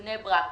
בני-ברק,